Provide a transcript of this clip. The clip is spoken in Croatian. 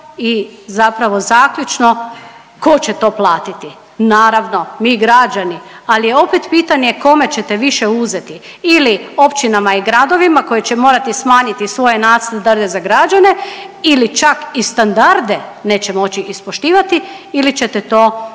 i zapravo zaključno ko će to platiti. Naravno mi građani, ali je opet pitanje kome ćete više uzeti ili općinama i gradovima koji će morati smanjiti svoje … za građane ili čak i standarde neće moći ispoštivati ili ćete to